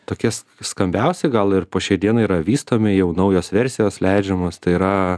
tokias skambiausi gal ir po šiai dienai yra vystomi jau naujos versijos leidžiamos tai yra